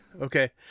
Okay